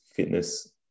fitness